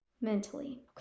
mentally